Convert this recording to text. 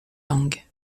langues